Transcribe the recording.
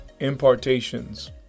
impartations